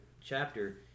chapter